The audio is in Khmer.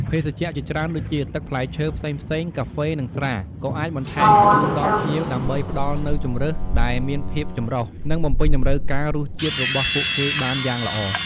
ភេសជ្ជៈជាច្រើនដូចជា ទឹកផ្លែឈើផ្សេងៗ កាហ្វេ និងស្រា ក៏អាចបន្ថែមជូនដល់ភ្ញៀវ ដើម្បីផ្តល់នូវជម្រើសដែលមានភាពចម្រុះ និងបំពេញតម្រូវការរសជាតិរបស់ពួកគេបានយ៉ាងល្អ។